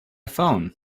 phone